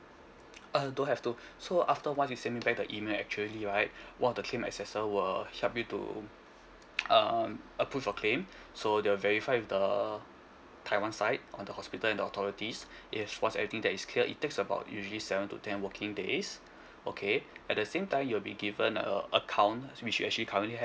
uh don't have to so after once you send me back the email actually right one of the claim accessor will help you to um approve your claim so they'll verify with the taiwan side on the hospital and the authorities yes once everything that is clear it takes about usually seven to ten working days okay at the same time you will be given a account which you actually currently have